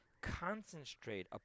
concentrate